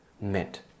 meant